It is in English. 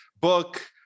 book